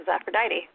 Aphrodite